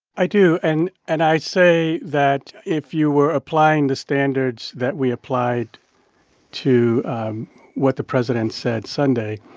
i do, and and i say that, if you were applying the standards that we applied to what the president said sunday,